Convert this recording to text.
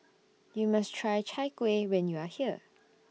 YOU must Try Chai Kueh when YOU Are here